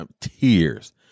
tears